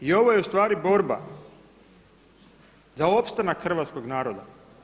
I ovo je ustvari borba za opstanak hrvatskog naroda.